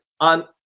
on